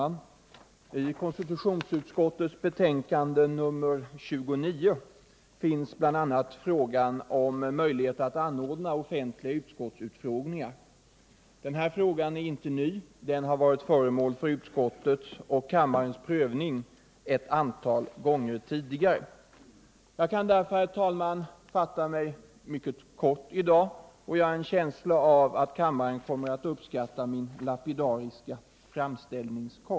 Herr talman! I konstitutionsutskottets betänkande nr 29 återfinns bl.a. frågan om möjlighet att anordna offentliga utskottsutfrågningar. Den är inte ny utan har flera gånger tidigare varit föremål för utskottets och kammarens prövning. Jag kan därför, herr talman, i dag fatta mig mycket kort, och jag har en känsla av att kammarens ledamöter kommer att uppskatta min lapidariska framställningskonst.